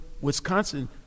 Wisconsin